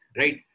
right